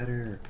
here